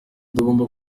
tugomba